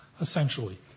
essentially